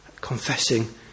confessing